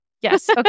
Yes